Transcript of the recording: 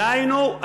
דהיינו,